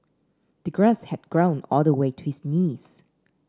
the grass had grown all the way to his knees